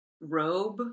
robe